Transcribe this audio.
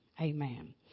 Amen